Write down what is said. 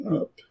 up